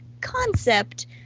concept